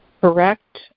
Correct